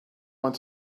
want